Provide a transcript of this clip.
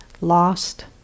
lost